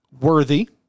Worthy